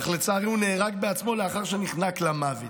אך לצערי הוא נהרג בעצמו לאחר שנחנק למוות.